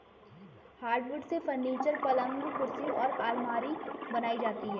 hardwood से furniture, पलंग कुर्सी और आलमारी बनाई जाती है